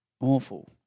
Awful